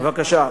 בבקשה.